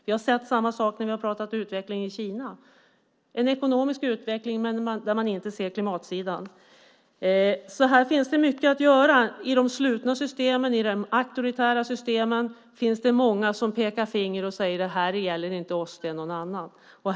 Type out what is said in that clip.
Vi har sett samma sak när vi har pratat utveckling i Kina. Det sker en ekonomisk utveckling där man inte ser klimatsidan. Här finns det alltså mycket att göra i de slutna systemen. I de auktoritära systemen finns det många som pekar finger och säger: Det här gäller inte oss, utan någon annan.